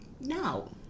no